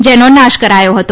જેનો નાશ કરાથો હતો